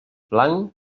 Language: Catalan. blanc